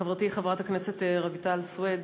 חברתי חברת הכנסת רויטל סויד,